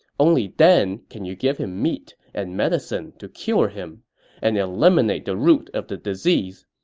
only then can you give him meat and medicine to cure him and eliminate the root of the disease.